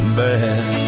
bad